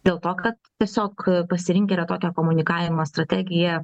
dėl to kad tiesiog pasirinkę yra tokią komunikavimo strategiją